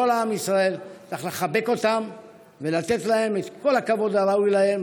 כל עם ישראל צריך לחבק אותם ולתת להם את כל הכבוד הראוי להם.